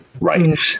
right